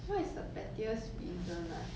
what is the pettiest reason ah